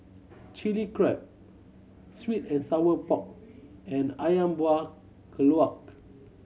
Chili Crab sweet and sour pork and Ayam Buah Keluak